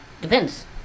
Depends